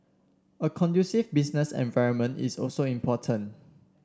a conducive business environment is also important